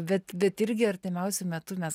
bet bet irgi artimiausiu metu mes